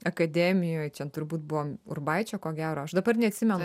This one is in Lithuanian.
akademijoj čia turbūt buvo urbaičio ko gero aš dabar neatsimenu